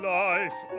life